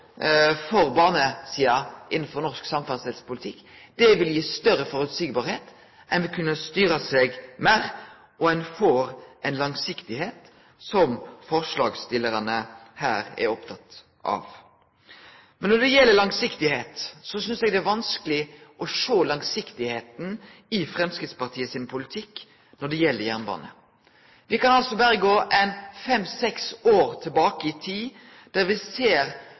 for bane innanfor norsk samferdselspolitikk. Det vil bli meir føreseieleg, ein vil kunne styre seg sjølv meir, og ein får den langsiktigheita som forslagsstillarane her er opptekne av. Men når det gjeld langsiktigheit, synest eg det er vanskeleg å sjå det i Framstegspartiets politikk når det gjeld jernbane. Me kan gå berre fem–seks år tilbake i tid,